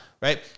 Right